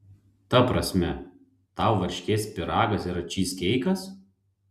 ta prasme tau varškės pyragas yra čyzkeikas